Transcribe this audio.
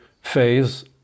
phase